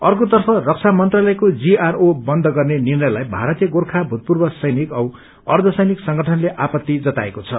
अर्कोतर्फ रक्षा मन्त्रालयको जीआरडी बन्द गर्ने निर्णयलाई भारतीय गोर्खा भूतपूर्व सैनिक औ अर्छसैनिक संगठनले आपत्ति जताएको छ